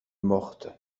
morte